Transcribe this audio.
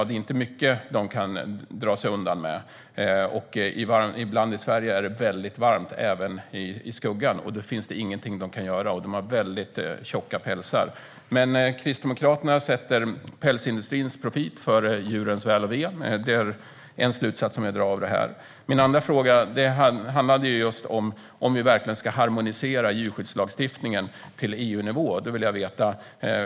Det är inte mycket de kan dra sig undan till. Ibland är det också väldigt varmt även i skuggan i Sverige, och då finns det ingenting de kan göra. De har dessutom väldigt tjocka pälsar. Men Kristdemokraterna sätter pälsindustrins profit före djurens väl och ve. Det är en slutsats som jag drar av det här. Min andra fråga handlade om huruvida vi verkligen ska harmonisera djurskyddslagstiftningen till EU-nivå.